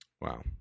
Wow